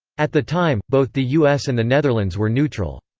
at the time, both the us and the netherlands were neutral.